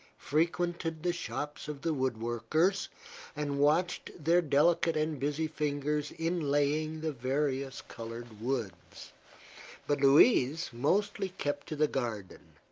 frequented the shops of the wood-workers and watched their delicate and busy fingers inlaying the various colored woods but louise mostly kept to the garden,